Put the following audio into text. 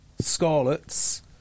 Scarlets